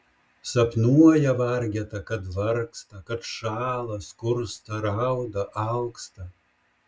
sapnuoja vargeta kad vargsta kad šąla skursta rauda alksta